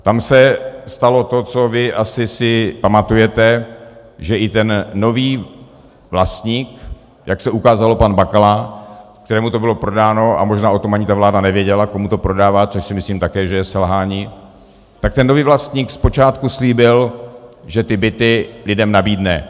Tam se stalo to, co vy si asi pamatujete, že i ten nový vlastník, jak se ukázalo, pan Bakala, kterému to bylo prodáno, a možná o tom ani ta vláda nevěděla, komu to prodává, to si myslím, že je taky selhání, tak ten nový vlastník zpočátku slíbil, že ty byty lidem nabídne.